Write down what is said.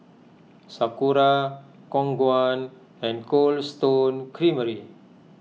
Sakura Khong Guan and Cold Stone Creamery